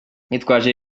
yitwaje